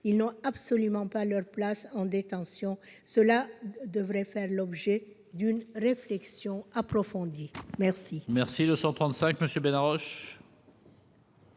Ils n'ont absolument pas leur place en détention. Leur situation devrait faire l'objet d'une réflexion approfondie. La